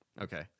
Okay